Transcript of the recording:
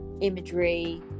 imagery